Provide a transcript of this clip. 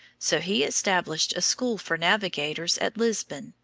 so he established a school for navigators at lisbon,